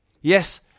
Yes